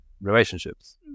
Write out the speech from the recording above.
relationships